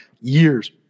years